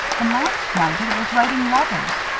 and last night it was writing letters.